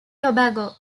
tobago